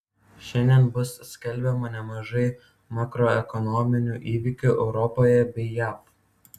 šiandien bus skelbiama nemažai makroekonominių įvykių europoje bei jav